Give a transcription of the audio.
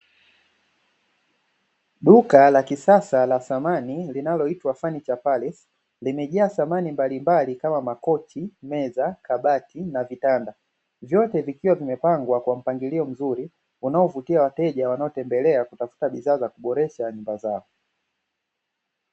Duka la kisasa la samani, linaloitwa "Furniture Palace", limejaa thamani mbalimbali kama: makoti, meza, kabati na vitanda, vyote vikiwa vimepangwa kwa mpangilio mzuri unaovutia wateja wanaotembelea kutafuta bidhaa za kuboresha nyumba zao.